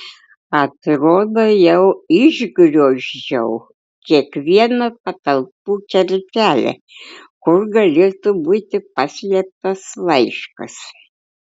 atrodo jau išgriozdžiau kiekvieną patalpų kertelę kur galėtų būti paslėptas laiškas